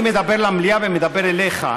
אני מדבר למליאה ומדבר אליך,